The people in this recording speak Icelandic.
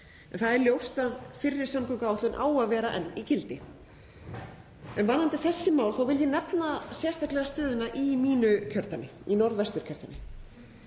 Það er ljóst að fyrri samgönguáætlun á að vera enn í gildi. En varðandi þessi mál vil ég nefna sérstaklega stöðuna í mínu kjördæmi, Norðvesturkjördæmi.